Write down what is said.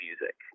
music